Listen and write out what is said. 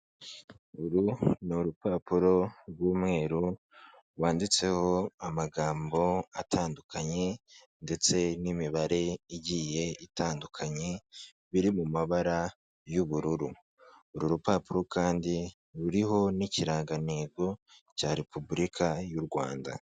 Uru ni urupapuro rw'umweru, rwanditseho amagambo atandukanye, ndetse n'imibare igiye itandukanye, biri mu mabara y'ubururu, uru rupapuro kandi ruriho n'ikirangantego, cya repubulika y'u Rwanda.